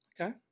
Okay